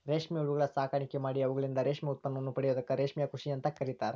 ರೇಷ್ಮೆ ಹುಳಗಳ ಸಾಕಾಣಿಕೆ ಮಾಡಿ ಅವುಗಳಿಂದ ರೇಷ್ಮೆ ಉತ್ಪನ್ನ ಪಡೆಯೋದಕ್ಕ ರೇಷ್ಮೆ ಕೃಷಿ ಅಂತ ಕರೇತಾರ